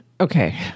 Okay